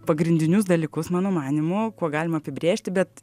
pagrindinius dalykus mano manymu kuo galima apibrėžti bet